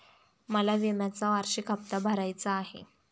मला विम्याचा वार्षिक हप्ता भरायचा आहे